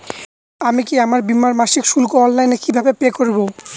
আমি কি আমার বীমার মাসিক শুল্ক অনলাইনে কিভাবে পে করব?